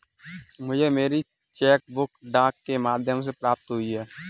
मुझे मेरी cheque book डाक के माध्यम से प्राप्त हुई है